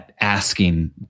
asking